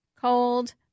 cold